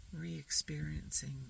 re-experiencing